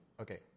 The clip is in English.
okay